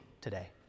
today